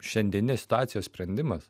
šiandieninės situacijos sprendimas